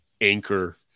anchor